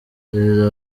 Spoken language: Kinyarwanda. perezida